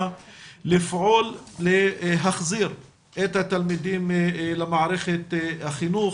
לפעול להחזיר את התלמידים למערכת החינוך.